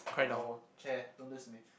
oh no chair don't do this to me